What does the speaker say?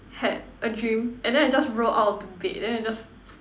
had a dream and then I just roll out of the bed then I just